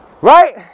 right